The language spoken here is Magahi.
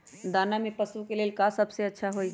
दाना में पशु के ले का सबसे अच्छा होई?